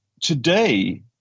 today